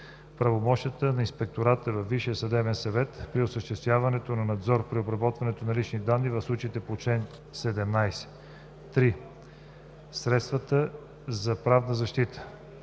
правомощията на Инспектората към Висшия съдебен съвет при осъществяването на надзор при обработването на лични данни в случаите по чл. 17; 3. средствата за правна защита;